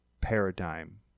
paradigm